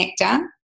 nectar